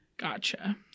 Gotcha